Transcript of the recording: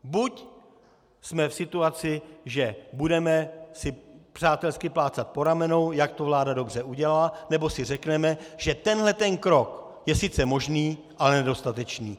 Buď jsme v situaci, že si budeme přátelsky plácat po ramenou, jak to vláda dobře udělala, nebo si řekneme, že tento krok je sice možný, ale nedostatečný.